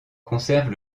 conserve